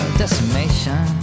decimation